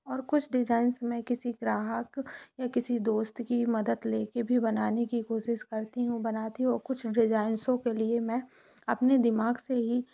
और कुछ डिजाइंस में किसी ग्राहक या किसी दोस्त की मदद ले के भी बनाने की कोशिश करती हूँ बनाती हूँ कुछ डिजाइंसों के लिए मैं अपने दिमाग़ से ही